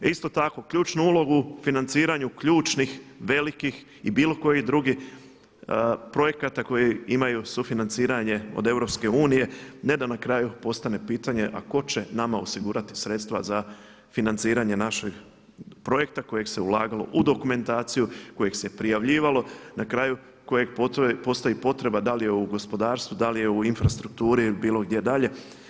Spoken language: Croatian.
A isto tako ključnu ulogu u financiranju ključnih, velikih i bilo kojih drugih projekata koji imaju sufinanciranje od EU ne da na kraju postane pitanje a tko će nama osigurati sredstva za financiranje našeg projekta kojeg se ulagalo u dokumentaciju, kojeg se prijavljivalo, na kraju kojeg postoji potreba da li u gospodarstvu, da li u infrastrukturi ili bilo gdje dalje.